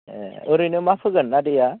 ए ओरैनो मा फोगोन आदैया